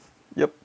yup